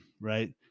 right